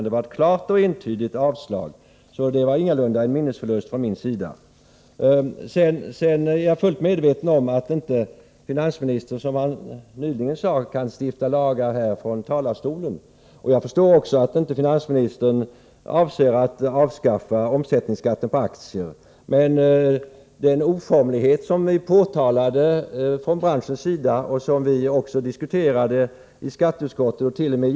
Det var ett klart och entydigt avstyrkande från utskottets sida. Det var alltså ingalunda fråga om någon minnesförlust från min sida. Jag är fullt medveten om att finansministern inte kan stifta lagar här från talarstolen. Jag förstår också att finansministern inte avser att avskaffa omsättningsskatten på aktier. Den oformlighet som påtalades från branschens sida och som vi också diskuterade i skatteutskottet — det gick t.